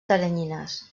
teranyines